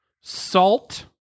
salt